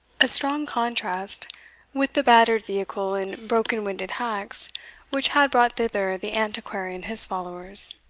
a strong contrast with the battered vehicle and broken-winded hacks which had brought thither the antiquary and his followers.